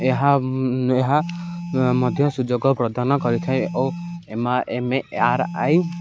ଏହା ଏହା ମଧ୍ୟ ସୁଯୋଗ ପ୍ରଦାନ କରିଥାଏ ଓ ଏ ଏମେ ଆର୍ଆଇ